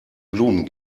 blumen